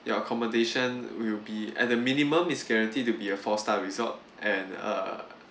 your accommodation will be at the minimum it's guaranteed to be a four star resort and err